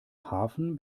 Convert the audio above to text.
hafen